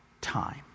time